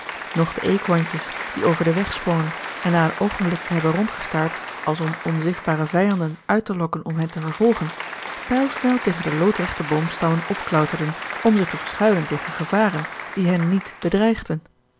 de eekhorentjes die over den weg sprongen en na een oogenblik te hebben rondgestaard als om onzichtbare vijanden uit te lokken om hen te vervolgen pijlsnel tegen de loodrechte boomstammen opklauterden om zich te verschuilen tegen gevaren die hen niet bedreigden